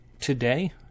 today